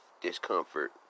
discomfort